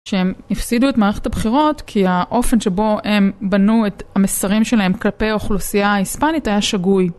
שהם הפסידו את מערכת הבחירות כי האופן שבו הם בנו את המסרים שלהם כלפי האוכלוסייה ההיספנית היה שגוי.